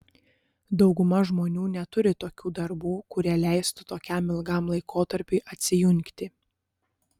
dauguma žmonių neturi tokių darbų kurie leistų tokiam ilgam laikotarpiui atsijungti